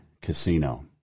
Casino